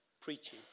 preaching